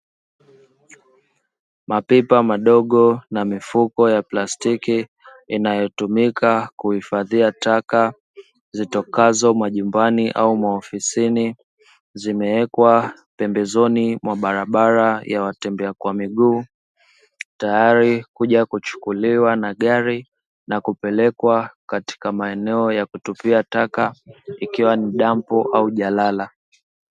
Mapipa madogo na mifuko ya plastiki inayotumika kuhifadhia taka zitokazo majumbani au maofisini, zimewekwa pembezoni mwa barabara ya watembea kwa miguu. Tayari kuja kuchukuliwa na gari na kupelekwa katika maeneo ya kutupia taka ikiwa ni dampo au jalala.